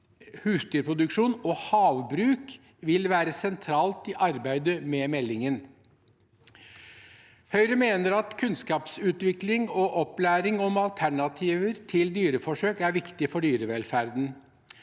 husdyrproduksjon og havbruk vil være sentralt i arbeidet med meldingen. Høyre mener at kunnskapsutvikling og opplæring om alternativer til dyreforsøk er viktig for dyrevelferden.